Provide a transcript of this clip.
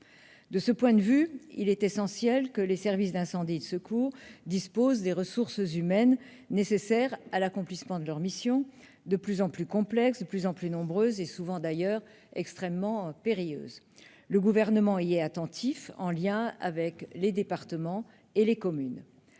De ce point de vue, il est essentiel que les SDIS disposent des ressources humaines nécessaires à l'accomplissement de leurs missions, de plus en plus complexes et nombreuses, et bien souvent extrêmement périlleuses. Le Gouvernement y est attentif, en lien avec les départements et les communes.